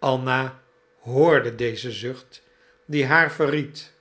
anna hoorde dezen zucht die haar verried